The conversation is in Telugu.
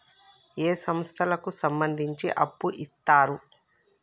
ఏ సంస్థలకు సంబంధించి అప్పు ఇత్తరు?